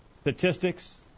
statistics